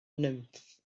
nymff